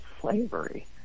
slavery